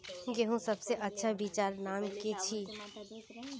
गेहूँर सबसे अच्छा बिच्चीर नाम की छे?